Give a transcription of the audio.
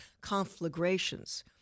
conflagrations